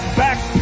back